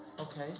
Okay